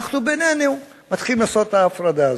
אנחנו בינינו מתחילים לעשות את ההפרדה הזאת.